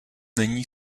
není